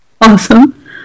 Awesome